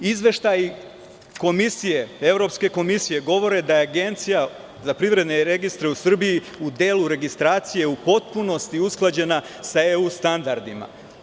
Izveštaji Evropske komisije govore da je Agencija za privredne registre u Srbiji u delu registracije u potpunosti usklađena sa EU standardima.